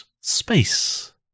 space